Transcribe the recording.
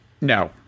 No